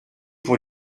pour